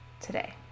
today